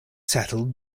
settled